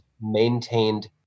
maintained